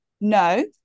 no